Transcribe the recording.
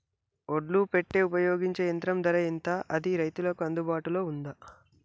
ఒడ్లు పెట్టే ఉపయోగించే యంత్రం ధర ఎంత అది రైతులకు అందుబాటులో ఉందా?